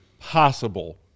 possible